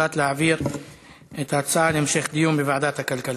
הוחלט להעביר את ההצעה להמשך דיון בוועדת הכלכלה.